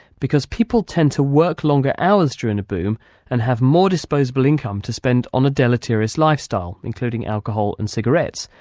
because people tend to work longer hours during a boom and have more disposable income to spend on a deleterious lifestyle, including alcohol and cigarettes,